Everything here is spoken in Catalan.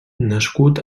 nascut